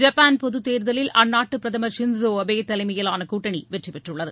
Japan பொதுத்தோதலில் அந்நாட்டு பிரதமா் சின்சோ அபே தலைமையிலான கூட்டணி வெற்றிபெற்றுள்ளது